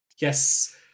Yes